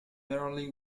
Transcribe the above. barley